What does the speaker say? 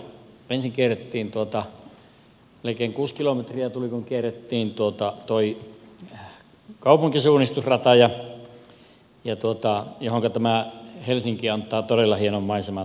ensin melkein kuusi kilometriä tuli kun kierrettiin kaupunkisuunnistusrata johonka helsinki antaa todella hienon maiseman